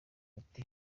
ati